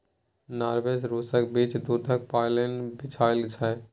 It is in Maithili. नार्वे सँ रुसक बीच दुधक पाइपलाइन बिछाएल छै